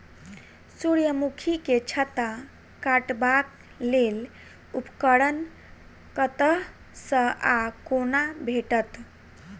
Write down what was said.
सूर्यमुखी केँ छत्ता काटबाक लेल उपकरण कतह सऽ आ कोना भेटत?